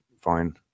fine